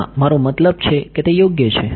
હા મારો મતલબ છે કે તે યોગ્ય છે